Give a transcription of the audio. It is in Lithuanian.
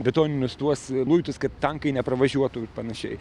betoninius tuos luitus kad tankai nepravažiuotų ir panašiai